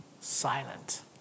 silent